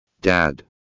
Dad